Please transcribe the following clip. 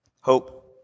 Hope